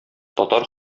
татар